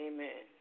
Amen